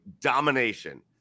domination